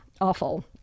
awful